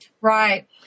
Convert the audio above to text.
Right